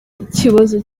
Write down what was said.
ikibazo